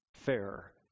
fair